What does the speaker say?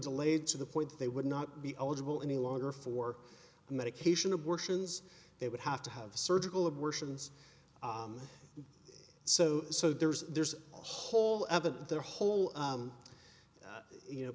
delayed to the point that they would not be eligible any longer for medication abortions they would have to have surgical abortions so so there's there's a whole other their whole you know